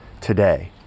today